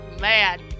Mad